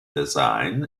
design